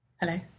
Hello